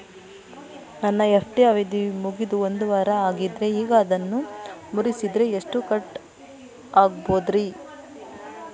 ನನ್ನ ಎಫ್.ಡಿ ಅವಧಿ ಮುಗಿದು ಒಂದವಾರ ಆಗೇದ್ರಿ ಈಗ ಅದನ್ನ ಮುರಿಸಿದ್ರ ಎಷ್ಟ ಕಟ್ ಆಗ್ಬೋದ್ರಿ?